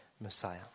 Messiah